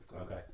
okay